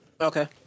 Okay